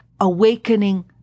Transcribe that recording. awakening